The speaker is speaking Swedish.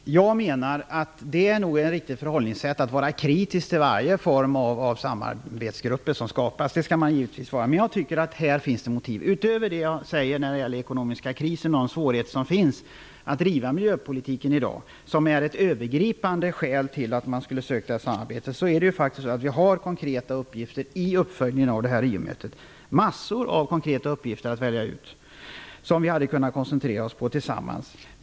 Fru talman! Jag menar att det nog är ett riktigt förhållningssätt att vara kritisk till varje form av samarbetsgrupper som skapas. Det skall man givetvis vara. Men jag tycker att det här finns ett motiv. Utöver det jag säger om den ekonomiska krisen och de svårigheter som finns när det gäller att driva miljöpolitik i dag -- vilket är ett övergripande skäl till att man skulle ha sökt det här samarbetet -- är att vi faktiskt har konkreta uppgifter i samband med uppföljningen av Riomötet. Vi har mängder av konkreta uppgifter att välja ut, som vi hade kunnat koncentrera oss på tillsammans.